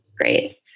Great